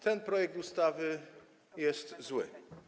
Ten projekt ustawy jest zły.